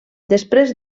després